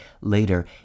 Later